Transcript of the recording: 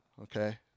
okay